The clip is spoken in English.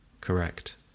correct